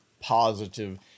positive